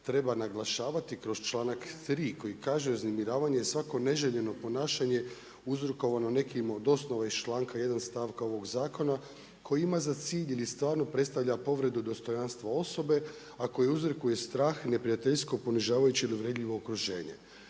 treba naglašavati kroz članak 3. koji kaže „uznemiravanje je svako neželjeno ponašanje uzrokovano nekim od osnova iz članka 1. stavka ovog zakona koji ima za cilj ili stvarno predstavlja povredu dostojanstva osobe, a koji uzrokuje strah i neprijateljsko, ponižavajuće ili uvredljivo okruženje“.